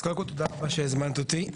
אז קודם כל תודה רבה שהזמנת אותי,